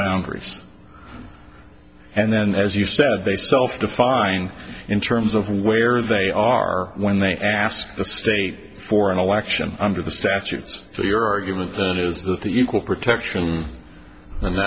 boundaries and then as you said they self define in terms of where they are when they ask the state for an election under the statutes so your argument is that the equal protection